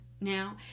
now